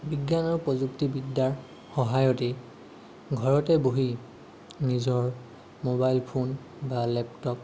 বিজ্ঞান আৰু প্ৰযুক্তিবিদ্যাৰ সহায়তেই ঘৰতে বহি নিজৰ ম'বাইল ফোন বা লেপটপ